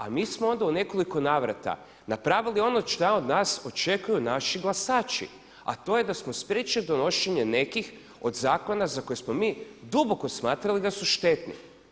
A mi smo onda u nekoliko navrata napravili ono šta od nas očekuju naši glasaći a to je da smo spriječili donošenje nekih od zakona za koje smo mi duboko smatrali da su štetni.